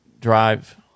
drive